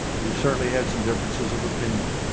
we've certainly had some differences of opinion,